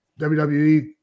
WWE